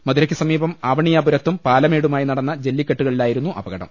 മധുരയ്ക്ക് സമീപം ആവണിയാപുരത്തും പാലമേടു മായി നടന്ന ജെല്ലിക്കെട്ടുകളിലായിരുന്നു അപകടം